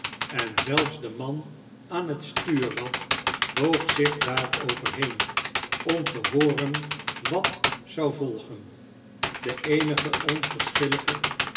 en zelfs de man aan het stuurrad boog zich daaroverheen om te hooren wat zou volgen de eenige